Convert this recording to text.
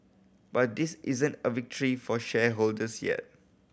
but this isn't a victory for shareholders yet